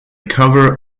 cover